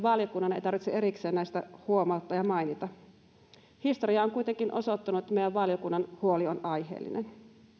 valiokunnan ei tarvitse erikseen näistä huomauttaa ja mainita historia on kuitenkin osoittanut että meidän valiokunnan huoli on aiheellinen